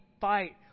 fight